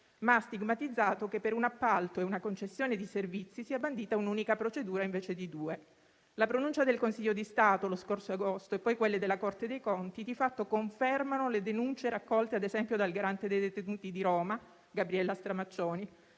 ma ha stigmatizzato che per un appalto e una concessione di servizi sia bandita un'unica procedura invece di due. La pronuncia del Consiglio di Stato lo scorso agosto e poi quelle della Corte dei conti di fatto confermano le denunce raccolte, ad esempio, dal Garante dei detenuti di Roma, Gabriella Stramaccioni,